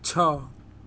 છ